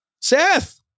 Seth